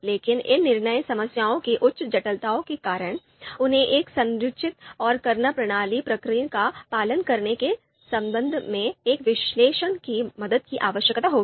लेकिन इन निर्णय समस्याओं की उच्च जटिलता के कारण उन्हें एक संरचित और कार्यप्रणाली प्रक्रिया का पालन करने के संदर्भ में एक विश्लेषक की मदद की आवश्यकता होगी